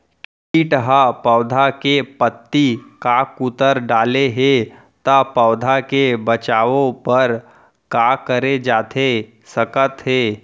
किट ह पौधा के पत्ती का कुतर डाले हे ता पौधा के बचाओ बर का करे जाथे सकत हे?